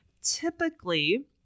typically